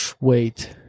Wait